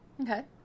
Okay